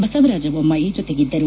Basavaraj Bommai ಜೊತೆಗಿದ್ದರು